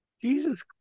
Jesus